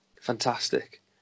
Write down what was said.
fantastic